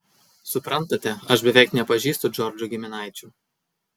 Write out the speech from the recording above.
suprantate aš beveik nepažįstu džordžo giminaičių